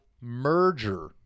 merger